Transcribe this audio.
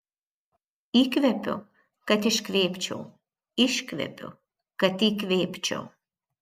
įkvepiu kad iškvėpčiau iškvepiu kad įkvėpčiau